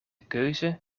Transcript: keuze